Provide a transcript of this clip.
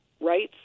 rights